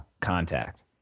contact